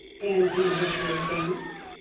and individual donors.